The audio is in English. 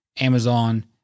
Amazon